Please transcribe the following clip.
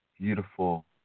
beautiful